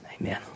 Amen